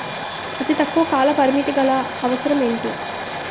అతి తక్కువ కాల పరిమితి గల అవసరం ఏంటి